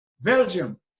Belgium